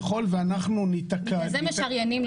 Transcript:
בגלל זה משריינים.